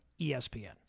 ESPN